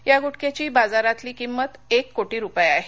या गुटख्याची बाजारातली किमंत एक कोटी रुपये आहे